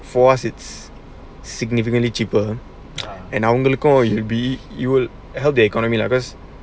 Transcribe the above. for us it's significantly cheaper and I'm அவங்களுக்கும்:avankalukkum you will help the economy lah because